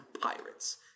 Pirates